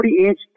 40-inch